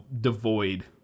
devoid